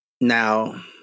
now